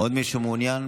עוד מישהו מעוניין